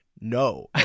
No